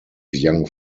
young